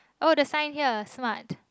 oh the sign here smart